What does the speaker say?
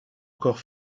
encore